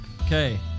Okay